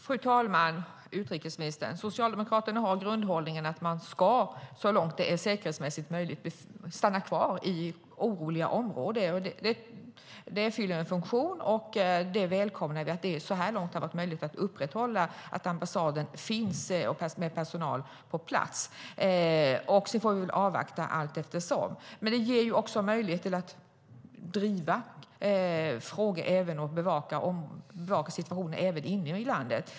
Fru talman! Utrikesministern! Socialdemokraterna har grundhållningen att man ska så långt det är säkerhetsmässigt möjligt stanna kvar i oroliga områden. Det fyller en funktion, och vi välkomnar att det så här långt har varit möjligt att upprätthålla ambassadpersonalens närvaro på plats. Sedan får vi avvakta allteftersom. Det ger möjlighet att driva frågor och bevaka situationen inne i landet.